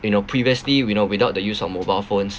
you know previously we know without the use of mobile phones